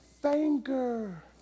Finger